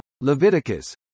Leviticus